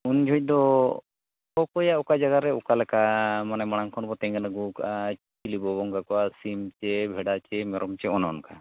ᱩᱱ ᱡᱚᱦᱚᱜᱫᱚ ᱚᱠᱚᱭᱟᱜ ᱚᱠᱟ ᱡᱟᱜᱟᱨᱮ ᱚᱠᱟᱞᱮᱠᱟ ᱢᱟᱱᱮ ᱢᱟᱲᱟᱝ ᱠᱷᱚᱱᱵᱚ ᱛᱮᱸᱜᱮᱱ ᱟᱹᱜᱩᱣᱠᱟᱜᱼᱟ ᱪᱤᱞᱤᱵᱚ ᱵᱚᱸᱜᱟ ᱠᱚᱣᱟ ᱥᱤᱢ ᱪᱮ ᱵᱷᱮᱰᱟ ᱪᱮ ᱢᱮᱨᱚᱢ ᱪᱮ ᱚᱱᱮ ᱚᱱᱠᱟ